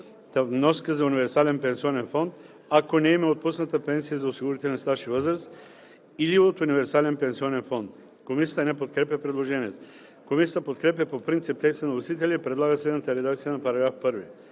вноска за универсален пенсионен фонд, ако не им е отпусната пенсия за осигурителен стаж и възраст, или от универсален пенсионен фонд.“ Комисията не подкрепя предложението. Комисията подкрепя по принцип текста на вносителя и предлага следната редакция на § 1: „§ 1.